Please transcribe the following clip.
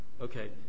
okay